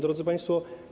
Drodzy Państwo!